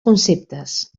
conceptes